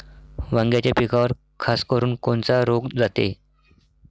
वांग्याच्या पिकावर खासकरुन कोनचा रोग जाते?